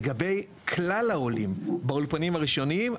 לגבי כלל העולים באולפנים הראשוניים,